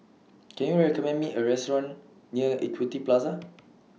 Can YOU recommend Me A Restaurant near Equity Plaza